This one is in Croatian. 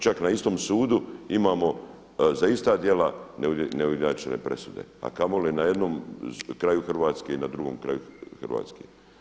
Čak na istom sudu imamo za ista djela neujednačene presude, a kamoli na jednom kraju Hrvatske i na drugom kraju Hrvatske.